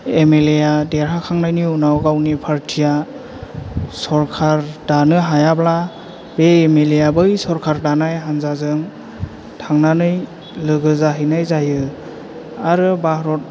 M L A या देरहाखांनायनि उनाव गावनि पार्ति या सरखार दानो हायाब्ला बे एम एल ए या बै सरखार दानाय हानजाजों थांनानै लोगो जाहैनाय जायो आरो भारत